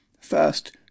First